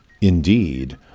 Indeed